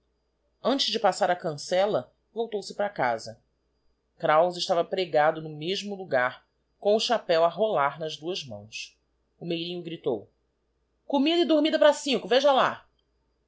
antes de passar a cancella voltouse para a casa kraus estava pregado no mesmo logar com o chapéo a rolar nas duas mãos o meirinho gritcu comida e dirmida para cinco veja lá